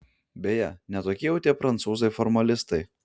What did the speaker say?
beje ne tokie jau tie prancūzai formalistai